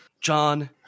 John